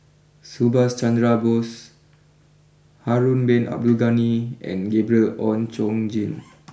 Subhas Chandra Bose Harun Bin Abdul Ghani and Gabriel Oon Chong Jin